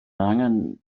angen